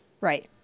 Right